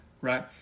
right